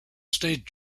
state